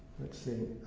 let's see.